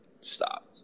stop